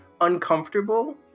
uncomfortable